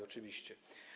Oczywiście.